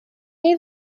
neu